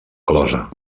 closa